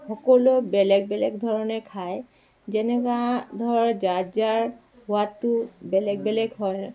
সকলোৱে বেলেগ বেলেগ ধৰণে খায় যেনেকা ধৰ যাৰ যাৰ সোৱাদটো বেলেগ বেলেগ হয়